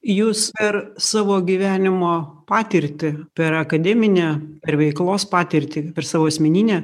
jūs per savo gyvenimo patirtį per akademinę per veiklos patirtį per savo asmeninę